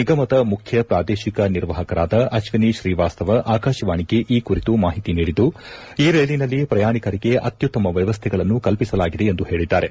ನಿಗಮದ ಮುಖ್ಯ ಪ್ರಾದೇಶಿಕ ನಿರ್ವಾಹಕರಾದ ಅಶ್ವಿನಿ ಶ್ರೀವಾಸ್ತವ ಆಕಾಶವಾಣಿಗೆ ಈ ಕುರಿತು ಮಾಹಿತಿ ನೀಡಿದ್ದು ಈ ರೈಲಿನಲ್ಲಿ ಪ್ರಯಾಣಿಕರಿಗೆ ಅತ್ಯುತ್ತಮ ವ್ಯವಸ್ಥೆಗಳನ್ನು ಕಲ್ಪಿಸಲಾಗಿದೆ ಎಂದು ಹೇಳಿದ್ದಾರೆ